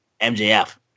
MJF